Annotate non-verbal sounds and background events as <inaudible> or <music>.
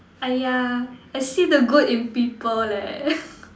ah ya I see the good in people leh <laughs>